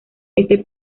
este